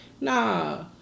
Nah